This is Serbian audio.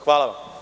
Hvala.